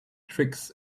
tricks